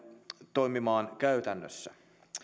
toimimaan käytännössä